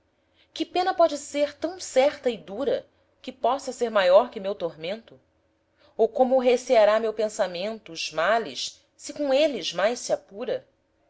que pena pode ser tão certa e dura que possa ser maior que meu tormento ou como receará meu pensamento os males se com eles mais se apura